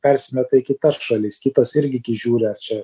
persimeta į kitas šalis kitos irgi gi žiūri ar čia